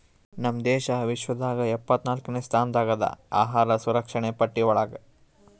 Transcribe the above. ನಮ್ ದೇಶ ವಿಶ್ವದಾಗ್ ಎಪ್ಪತ್ನಾಕ್ನೆ ಸ್ಥಾನದಾಗ್ ಅದಾ ಅಹಾರ್ ಸುರಕ್ಷಣೆ ಪಟ್ಟಿ ಒಳಗ್